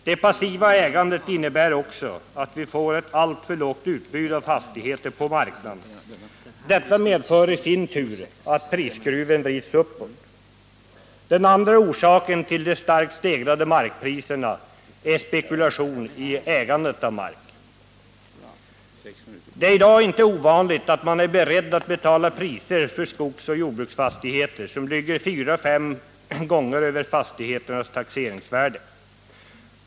Det passiva ägandet innebär också att vi får ett alltför lågt utbud av fastigheter på marknaden. Detta medför i sin tur att prisskruven vrids uppåt. En annan orsak till de starkt stegrade markpriserna är spekulation i ägandet av mark. Det är i dag inte ovanligt att man är beredd att betala priser för skogsoch jordbruksfastigheter som ligger fyra fem gånger över fastigheternas taxeringsvärde.